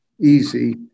easy